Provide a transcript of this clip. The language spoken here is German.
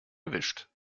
gewischt